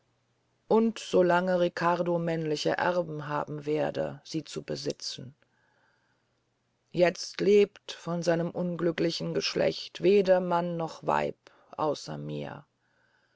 und so lange riccardo männliche erben haben werde sie zu besitzen jetzt lebt von seinem unglücklichen geschlecht weder mann noch weib außer mir